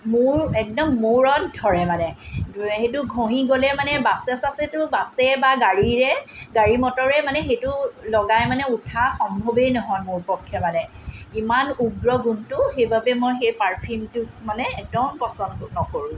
মোৰ একদম মূৰত ধৰে মানে সেইটো ঘঁহি গ'লে মানে বাছে চাছেতো বাছে বা গাড়ীৰে গাড়ী মটৰে মানে সেইটো লগাই মানে উঠা সম্ভৱেই নহয় মোৰ পক্ষে মানে ইমান উগ্ৰ গোন্ধটো সেইবাবে মই সেই পাৰফিউমটো মানে একদম পচন্দ নকৰোঁ